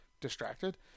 distracted